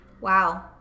Wow